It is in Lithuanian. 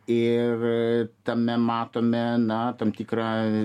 ir tame matome na tam tikrą